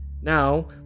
Now